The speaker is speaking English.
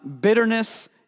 bitterness